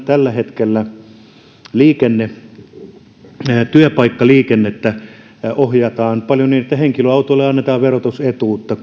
tällä hetkellä työpaikkaliikennettä ohjataan paljon niin että henkilöautoille annetaan verotusetuutta